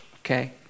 okay